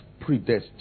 predestined